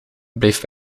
blijf